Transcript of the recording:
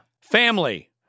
Family